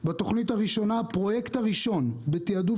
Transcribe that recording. בתוכנית הראשונה הפרויקט הראשון בתעדוף